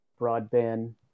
broadband